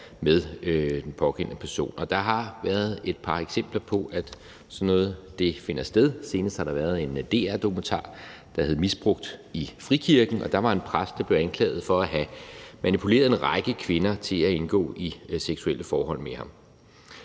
med den pågældende person. Der har været et par eksempler på, at sådan noget finder sted. Senest har der været en DR-dokumentar, der hed »Misbrugt i frikirken«, og der var en præst, der blev anklaget for at have manipuleret en række kvinder til at indgå i seksuelle forhold med ham.